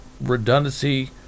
redundancy